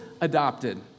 adopted